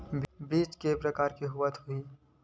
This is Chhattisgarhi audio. बीज के प्रकार के होत होही?